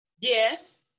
yes